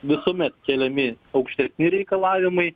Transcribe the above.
visuomet keliami aukštesni reikalavimai